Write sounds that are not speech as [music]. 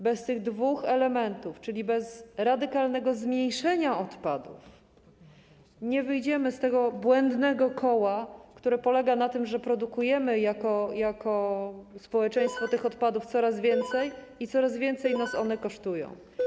Bez tych dwóch elementów, czyli bez radykalnego zmniejszenia odpadów, nie wyjdziemy z błędnego koła, które polega na tym, że produkujemy jako społeczeństwo coraz więcej odpadów [noise] i coraz więcej nas one kosztują.